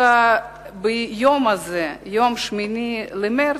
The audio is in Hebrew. את היום הזה, 8 במרס,